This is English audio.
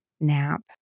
nap